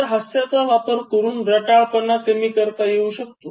तर हास्याचा वापर करून रटाळपणा कमी करता येऊ शकतो